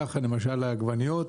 כך, למשל, העגבניות.